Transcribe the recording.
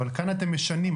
אבל כאן אתם משנים.